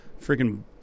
freaking